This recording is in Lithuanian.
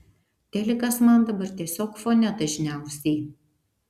telikas man dabar tiesiog fone dažniausiai